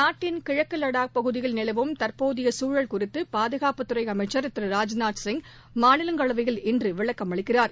நாட்டின் கிழக்குலடாக் பகுதியில் நிலவும் தற்போதையகுழல் குறித்தபாதுகாப்புத்துறைஅமைச்சர் திரு ராஜ்நாத் சிங் மாநிலங்களவையில் இன்றுவிளக்கம் அளிக்கிறார்